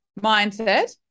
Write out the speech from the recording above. mindset